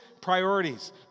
priorities